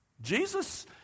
Jesus